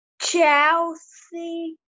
Chelsea